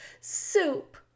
Soup